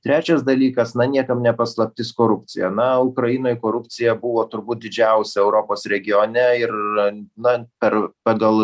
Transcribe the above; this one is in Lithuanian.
trečias dalykas na niekam ne paslaptis korupcija na ukrainoj korupcija buvo turbūt didžiausia europos regione ir na per pagal